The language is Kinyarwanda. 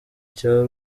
cya